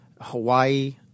Hawaii